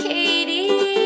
Katie